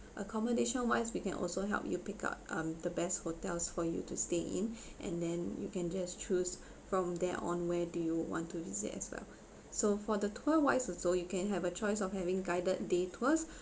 accomodation wise we can also help you pick up um the best hotels for you to stay in and then you can just choose from there on where do you want to visit as well so for the tour wise also you can have a choice of having guided day tours